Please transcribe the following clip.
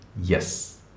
Yes